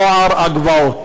נוער הגבעות,